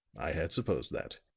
i had supposed that.